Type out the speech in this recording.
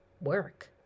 work